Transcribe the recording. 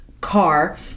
car